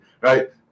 right